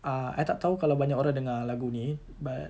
ah I tak tahu kalau banyak orang dengar lagu ini but